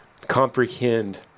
comprehend